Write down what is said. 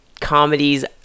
comedies